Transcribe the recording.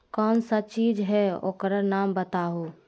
कौन सा चीज है ओकर नाम बताऊ?